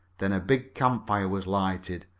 then a big campfire was lighted,